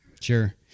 sure